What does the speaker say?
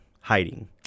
hiding